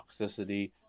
toxicity